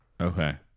Okay